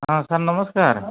ହଁ ସାର୍ ନମସ୍କାର